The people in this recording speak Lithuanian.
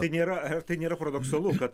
tai nėra tai nėra paradoksalu kad